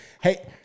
hey